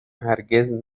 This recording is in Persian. هرگز